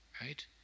Right